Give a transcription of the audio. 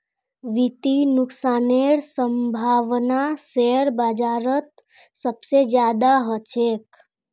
वित्तीय नुकसानेर सम्भावना शेयर बाजारत सबसे ज्यादा ह छेक